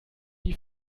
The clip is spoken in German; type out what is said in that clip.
die